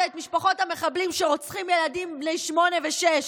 את משפחות המחבלים שרוצחים ילדים בני שמונה ושש.